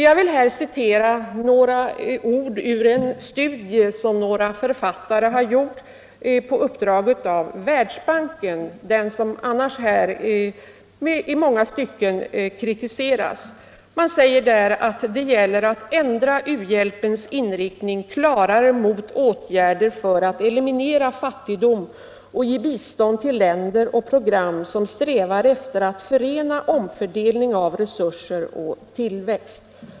Jag vill här återge några ord ur en studie som några författare gjort på uppdrag av Världs banken, vilken annars i många stycken kritiseras. Man säger där att det gäller att ändra u-hjälpens inriktning klarare mot åtgärder för att eliminera fattigdom och ge bistånd till länder och program som strävar efter att förena omfördelning av resurser och tillväxt.